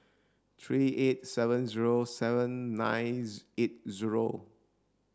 three eight seven zero seven nine eight zero